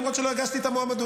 למרות שלא הגשתי את המועמדות.